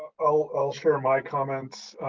i'll share my comments.